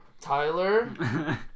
Tyler